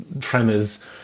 tremors